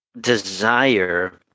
desire